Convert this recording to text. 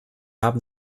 haben